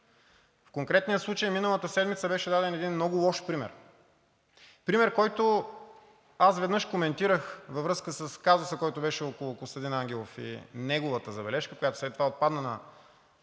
В конкретния случай миналата седмица беше даден един много лош пример, пример, който аз веднъж коментирах във връзка с казуса, който беше около Костадин Ангелов и неговата „забележка“, която след това отпадна на